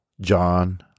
John